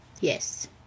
yes